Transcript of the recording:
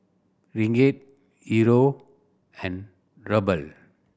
Ringgit Euro and Ruble